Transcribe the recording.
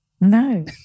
No